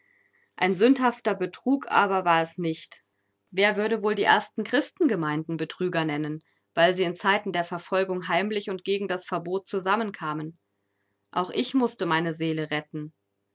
ein sündhafter betrug aber war es nicht wer würde wohl die ersten christengemeinden betrüger nennen weil sie in zeiten der verfolgung heimlich und gegen das verbot zusammenkamen auch ich mußte meine seele retten